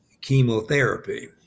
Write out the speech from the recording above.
chemotherapy